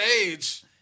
age